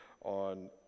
on